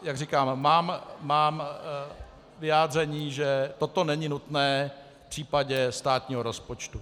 Jak říkám, mám vyjádření, že toto není nutné v případě státního rozpočtu.